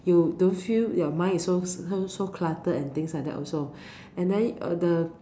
you don't feel your mind is so so so cluttered and things like that also and then uh the